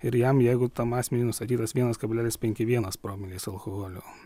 ir jam jeigu tam asmeniui nustatytas vienas kablelis penki vienas promilės alkoholio